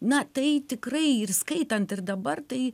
na tai tikrai ir skaitant ir dabar tai